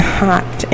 hot